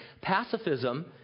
Pacifism